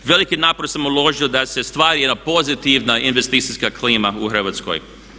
Veliki napor sam uložio da se stvori jedna pozitivna investicijska klima u Hrvatskoj.